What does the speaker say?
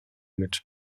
mit